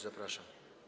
Zapraszam.